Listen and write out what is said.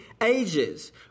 ages